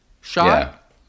shot